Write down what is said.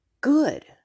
good